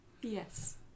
Yes